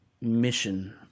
mission